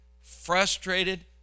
frustrated